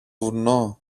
βουνό